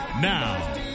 Now